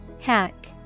hack